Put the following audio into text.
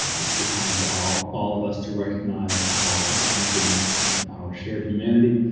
it's the time for all all of us to recognize our interconnectedness and our shared humanity